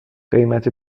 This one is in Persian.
قیمت